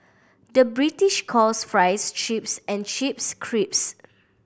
the British calls fries chips and chips crisps